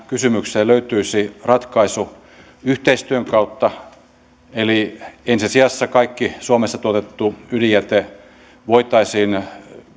kysymykseen löytyisi ratkaisu yhteistyön kautta ensi sijassa kaikki suomessa tuotettu ydinjäte voitaisiin